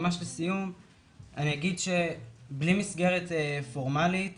ממש לסיום אני אגיד שבלי מסגרת פורמאלית